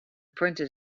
printed